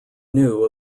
knew